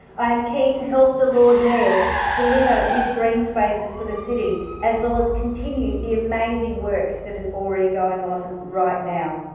i am keen to help the lord mayor deliver yeah green spaces for the city as well as continue the amazing work that is already going on right now.